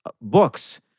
books